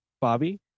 bobby